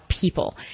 people